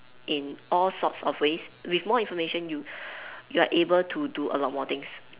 in all sorts of ways with more information you you are able to do a lot more things